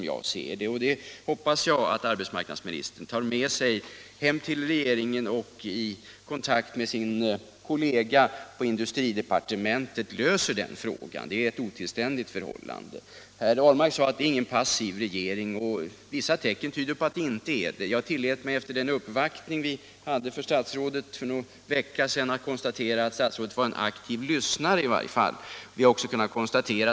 Jag hoppas att arbetsmarknadsministern tar med sig detta krav hem till regeringen och i kontakt med sin kollega i industridepartementet löser den frågan. Förhållandet är otillständigt i dag. Herr Ahlmark sade att regeringen inte är passiv, och vissa tecken tyder på att den inte är det. Efter den uppvaktning vi gjorde för statsrådet för någon vecka sedan tillät jag mig konstatera att statsrådet i varje fall är en aktiv lyssnare.